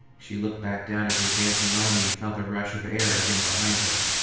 she looked back down at the advancing army and felt a rush of air again behind her.